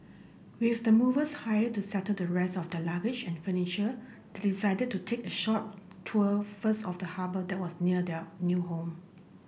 with the movers hired to settle the rest of their luggage and furniture they decided to take a short tour first of the harbour that was near their new home